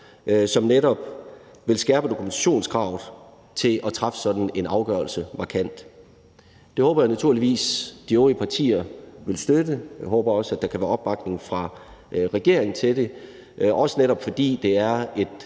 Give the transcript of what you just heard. som netop vil skærpe dokumentationskravet til at træffe sådan en afgørelse markant. Det håber jeg naturligvis de øvrige partier vil støtte, og jeg håber også, at der kan være opbakning fra regeringen til det, netop også fordi det er et